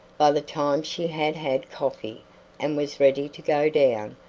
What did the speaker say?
by the time she had had coffee and was ready to go down,